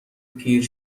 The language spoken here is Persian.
پیر